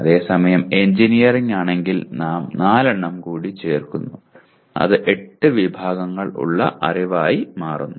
അതേസമയം എഞ്ചിനീയറിംഗ് ആണെങ്കിൽ നാം 4 എണ്ണം കൂടി ചേർക്കുന്നു അത് 8 വിഭാഗങ്ങൾ ഉള്ള അറിവായി മാറുന്നു